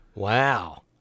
Wow